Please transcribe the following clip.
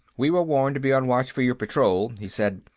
we were warned to be on watch for your patrol, he said.